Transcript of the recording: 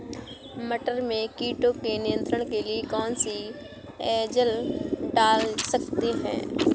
मटर में कीटों के नियंत्रण के लिए कौन सी एजल डाल सकते हैं?